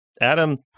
Adam